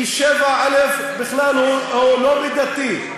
כי 7א הוא בכלל לא מידתי,